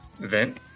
event